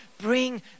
bring